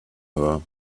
her